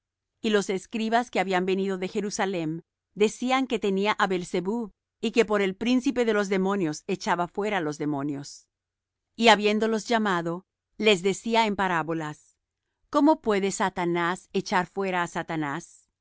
y los escribas que habían venido de jerusalem decían que tenía á beelzebub y que por el príncipe de los demonios echaba fuera los demonios y habiéndolos llamado les decía en parábolas cómo puede satanás echar fuera á satanás